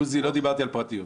עוזי, לא דיברתי על פרטיות.